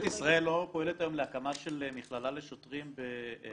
משטרת ישראל לא פועלת היום להקמה של מכללה לשוטרים בבית שמש?